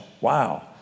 Wow